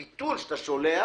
הביטול שאתה שולח